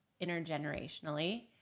intergenerationally